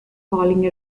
falling